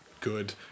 good